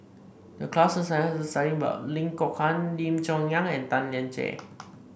the class a Lim Kok Ann Lim Chong Yah and Tan Lian Chye